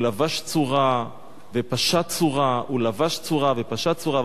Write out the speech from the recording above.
הוא לבש צורה ופשט צורה, הוא לבש צורה ופשט צורה.